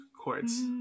chords